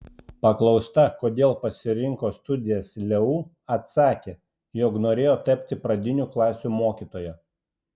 paklausta kodėl pasirinko studijas leu atsakė jog norėjo tapti pradinių klasių mokytoja